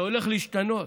זה הולך להשתנות.